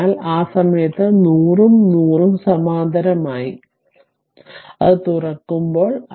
അതിനാൽ ആ സമയത്ത് 100 ഉം 100 Ω ഉം സമാന്തരമായി അത് തുറക്കുമ്പോൾ